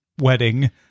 wedding